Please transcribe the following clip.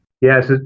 Yes